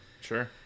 Sure